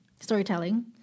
storytelling